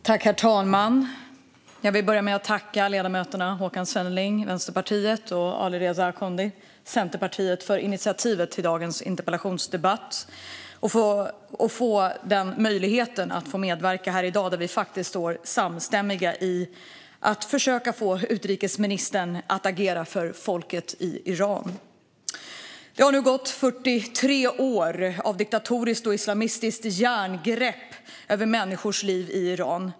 Herr talman! Jag vill börja med att tacka ledamöterna Håkan Svenneling, Vänsterpartiet, och Alireza Akhondi, Centerpartiet, för initiativet till dagens interpellationsdebatt och för möjligheten att få medverka i dag, där vi faktiskt står samstämmiga i att försöka få utrikesministern att agera för folket i Iran. Det har nu gått 43 år av diktatoriskt och islamistiskt järngrepp över människors liv i Iran.